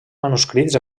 manuscrits